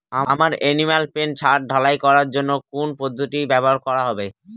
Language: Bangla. আমার এনিম্যাল পেন ছাদ ঢালাই করার জন্য কোন পদ্ধতিটি ব্যবহার করা হবে?